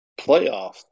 playoff